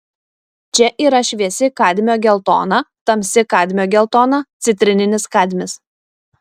čia yra šviesi kadmio geltona tamsi kadmio geltona citrininis kadmis